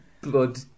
blood